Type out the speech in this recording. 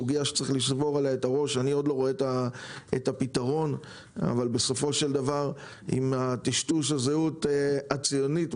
איני רואה את הפתרון אבל בהמשך לטשטוש הזהות הציונית,